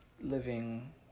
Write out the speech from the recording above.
living